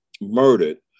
murdered